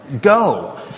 go